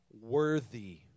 worthy